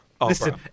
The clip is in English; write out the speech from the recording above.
Listen